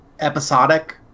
episodic